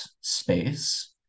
space